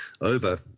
over